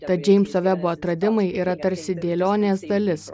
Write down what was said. tad džeimso vebo atradimai yra tarsi dėlionės dalis